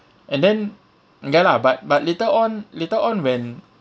and then um ya lah but but later on later on when